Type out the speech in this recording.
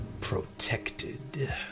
protected